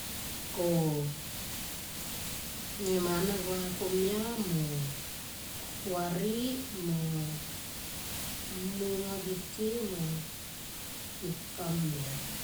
Koyo ko ne mana gua komia mo kuari mo mmu nenga ge ke mo mepka mer.